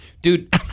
Dude